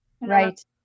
right